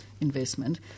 investment